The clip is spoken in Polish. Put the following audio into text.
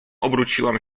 obróciłam